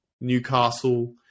Newcastle